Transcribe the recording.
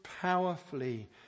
powerfully